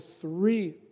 three